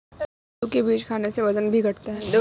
कद्दू के बीज खाने से वजन भी घटता है